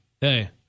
Hey